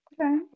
Okay